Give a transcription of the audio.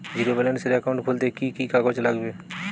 Zero ব্যালেন্সের account খুলতে কি কি কাগজ লাগবে?